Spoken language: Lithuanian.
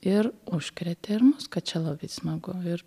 ir užkrėtė ir mus kad čia labai smagu ir